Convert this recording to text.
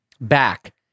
back